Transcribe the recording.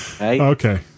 okay